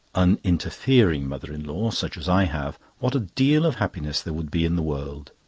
uninterfering mother-in-law, such as i have, what a deal of happiness there would be in the world.